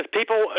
people